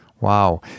Wow